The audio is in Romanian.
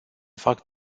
fac